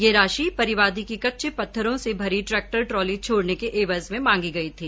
ये राशि परिवादी की कच्चे पत्थरों से भरी ट्रेक्टर ट्रॉली छोड़ने की एवज में मांगी गई थी